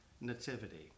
nativity